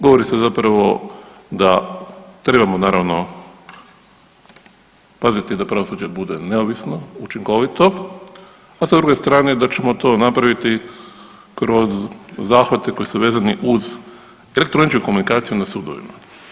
Govori se zapravo da trebamo naravno, paziti da pravosuđe bude neovisno, učinkovito, a sa druge strane, da ćemo to napraviti kroz zahvate koji su vezani uz elektroničku komunikaciju na sudovima.